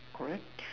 correct